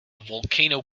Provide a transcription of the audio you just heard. volcano